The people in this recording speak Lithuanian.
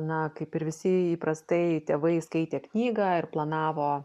na kaip ir visi įprastai tėvai skaitė knygą ir planavo